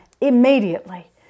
immediately